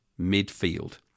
midfield